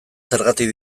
zergatik